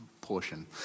portion